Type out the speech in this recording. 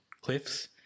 cliffs